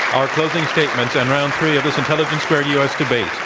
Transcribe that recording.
our closing statements and round three of this intelligence squared u. s. debate.